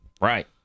right